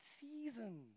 season